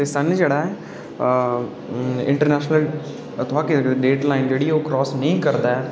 एह् सन जेह्ड़ा ऐ इंटरनेशनल ड्रेडलाईन ऐ ओह् क्रॉस नेईं करदा ऐ